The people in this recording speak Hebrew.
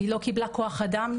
היא לא קיבלה כוח אדם,